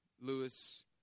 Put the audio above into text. Lewis